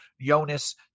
Jonas